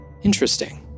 interesting